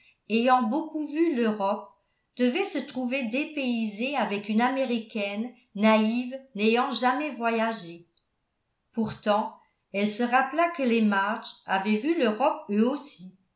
ayant beaucoup vu l'europe devait se trouver dépaysé avec une américaine naïve n'ayant jamais voyagé pourtant elle se rappela que les march avaient vu l'europe eux aussi